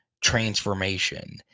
transformation